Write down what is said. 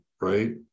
right